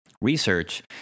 research